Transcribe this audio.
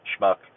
schmuck